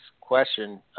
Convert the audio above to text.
question